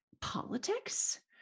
politics